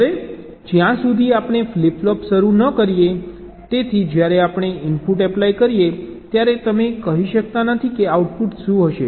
હવે જ્યાં સુધી આપણે ફ્લિપ ફ્લોપ શરૂ ન કરીએ તેથી જ્યારે આપણે ઇનપુટ એપ્લાય કરીએ ત્યારે તમે કહી શકતા નથી કે આઉટપુટ શું હશે